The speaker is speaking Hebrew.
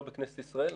לא בכנסת ישראל.